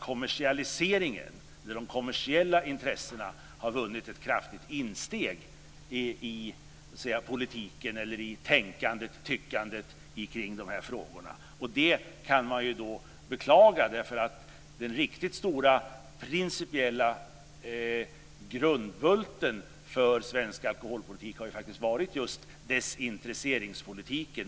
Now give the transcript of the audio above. Kommersialiseringen har vunnit ett kraftigt insteg i politiken och i tänkandet och tyckandet i de här frågorna. Det kan man beklaga. Den riktigt stora principiella grundbulten för svensk alkoholpolitik har ju faktiskt varit just desintresseringspolitiken.